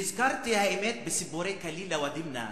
נזכרתי בסיפורי כלילה ודמנה,